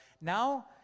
now